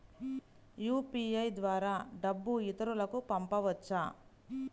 UPI ద్వారా డబ్బు ఇతరులకు పంపవచ్చ?